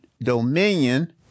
dominion